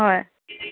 হয়